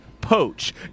poach